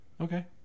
Okay